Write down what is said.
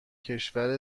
کشور